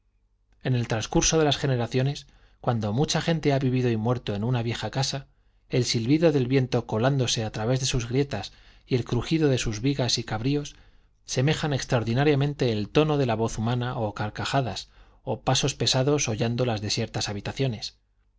en el transcurso de las generaciones cuando mucha gente ha vivido y muerto en una vieja casa el silbido del viento colándose a través de sus grietas y el crujido de sus vigas y cabrios semejan extraordinariamente el tono de la voz humana o carcajadas o pasos pesados hollando las desiertas habitaciones